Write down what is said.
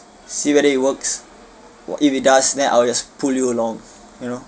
see whether it works if it does then I'll just pull you along you know